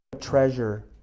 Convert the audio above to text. treasure